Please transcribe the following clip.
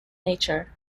nature